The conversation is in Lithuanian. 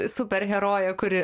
super herojė kuri